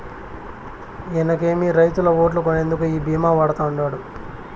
ఇనకేమి, రైతుల ఓట్లు కొనేందుకు ఈ భీమా వాడతండాడు